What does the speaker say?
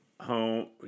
home